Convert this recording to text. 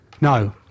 No